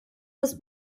ist